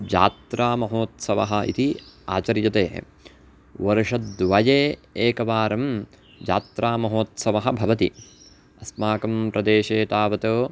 जात्रामहोत्सवः इति आचर्यते वर्षद्वये एकवारं जात्रामहोत्सवः भवति अस्माकं प्रदेशे तावत्